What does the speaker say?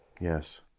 Yes